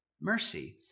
mercy